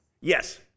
Yes